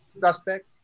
suspect